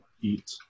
eat